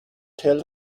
tell